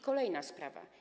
Kolejna sprawa.